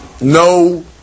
No